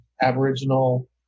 Aboriginal